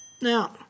Now